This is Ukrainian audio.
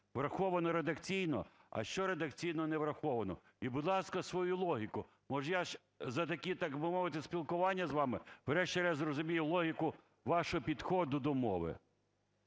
враховано редакційно, а що редакційно не враховано? І будь ласка, свою логіку. Може, я за такі, так би мовити, спілкування з вами врешті-решт зрозумію логіку вашого підходу до мови.